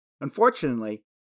Unfortunately